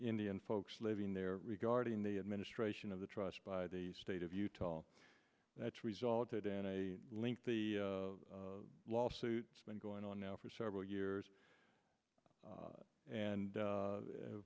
indian folks living there regarding the administration of the trust by the state of utah that's resulted in a link the lawsuit been going on now for several years and